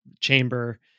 chamber